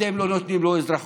אתם לא נותנים לו אזרחות.